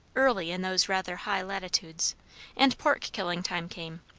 early in those rather high latitudes and pork-killing time came,